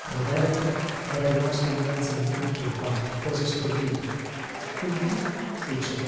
roberto era rimasto innanzi a me turbato quasi stordito con chi fece